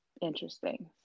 interesting